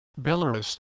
Belarus